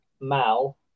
mal